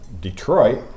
Detroit